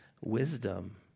wisdom